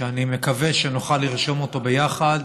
שאני מקווה שנוכל לרשום אותו ביחד